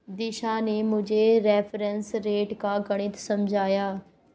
दीक्षा ने मुझे reference rate का गणित समझाया